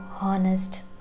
honest